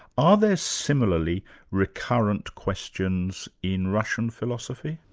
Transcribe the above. are there similarly recurrent questions in russian philosophy?